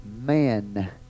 man